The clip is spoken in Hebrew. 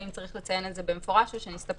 האם צריך לציין את זה במפורש או שנסתפק